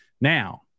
Now